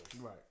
Right